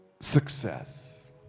success